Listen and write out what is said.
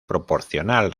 proporcional